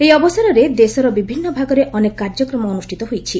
ଏହି ଅବସରରେ ଦେଶର ବିଭିନ୍ନ ଭାଗରେ ଅନେକ କାର୍ଯ୍ୟକ୍ରମ ଅନୁଷ୍ଠିତ ହୋଇଛି